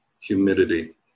humidity